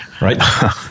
right